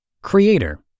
Creator